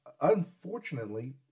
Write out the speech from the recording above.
unfortunately